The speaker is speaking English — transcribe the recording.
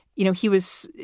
you know, he was